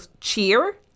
cheer